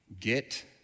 get